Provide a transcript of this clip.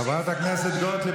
חברת הכנסת גוטליב,